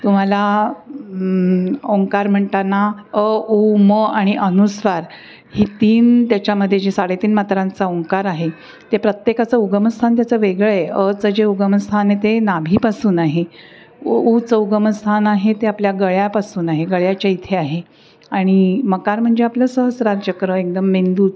तुम्हाला ओंकार म्हणताना अ ऊ म आणि अनुस्वार ही तीन त्याच्यामध्ये जे साडेतीन मात्रांचा ओंकार आहे ते प्रत्येकाचं उगमस्थान त्याचं वेगळं आहे अचं जे उगमस्थान आहे ते नाभीपासून आहे ऊचं उगमस्थान आहे ते आपल्या गळ्यापासून आहे गळ्याच्या इथे आहे आणि मकार म्हणजे आपलं सहस्रार चक्र एकदम मेंदूच